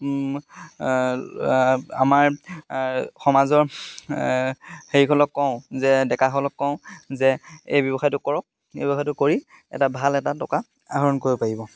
আমাৰ সমাজৰ হেৰিসকলক কওঁ যে ডেকাসকলক কওঁ যে এই ব্যৱসায়টো কৰক এই ব্যৱসায়টো কৰি এটা ভাল এটা টকা আহৰণ কৰিব পাৰিব